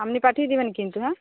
আপনি পাঠিয়ে দেবেন কিন্তু হ্যাঁ